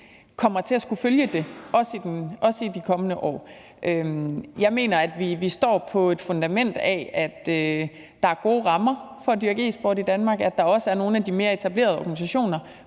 kommer til at skulle følge det i de kommende år. Jeg mener, at vi står på et fundament af, at der er gode rammer for at dyrke e-sport i Danmark, at der også er nogle af de mere etablerede organisationer